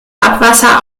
abwasser